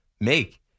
make